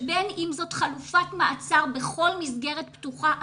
ובין אם זאת חלופת מעצר בכל מסגרת פתוחה אחרת,